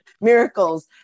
miracles